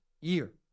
year